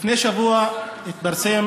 לפני שבוע התפרסם